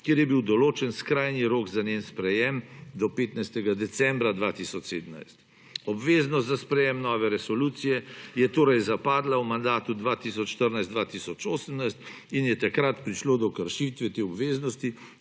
kjer je bil določen skrajni rok za njen sprejem do 15. decembra 2017. Obveznost za sprejem nove resolucije je torej zapadla v mandatu 2014–2018 in je takrat prišlo do kršitve te obveznosti,